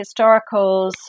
historicals